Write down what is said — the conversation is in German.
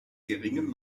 geringem